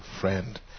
friend